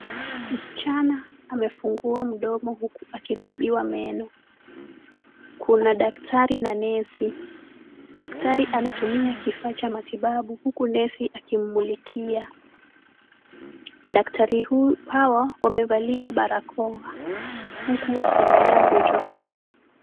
Msichana amefungua mdomo huku akitibiwa meno. Kuna daktari na nesi. Daktari anatumia kifaa cha matibabu huku nesi akimmulikia. Madaktari hawa wamevalia barakoa huku wakiangalia mgonjwa huyu.